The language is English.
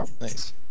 Nice